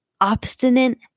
obstinate